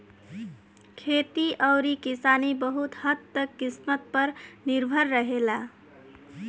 खेती अउरी किसानी बहुत हद्द तक किस्मत पर निर्भर रहेला